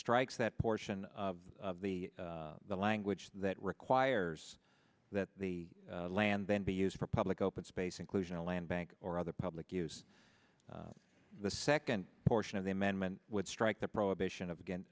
strikes that portion of the language that requires that the land then be used for public open space inclusion a land bank or other public use the second portion of the amendment would strike the prohibition of again